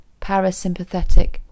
parasympathetic